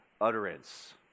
utterance